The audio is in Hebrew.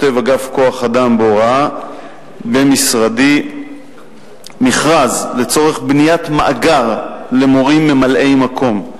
אגף כוח-אדם בהוראה במשרדי כותב מכרז לצורך מאגר של מורים ממלאי-מקום.